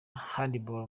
handball